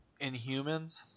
Inhumans